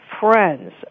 friends